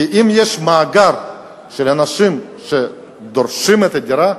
כי אם יש מאגר של אנשים שדורשים את הדירה,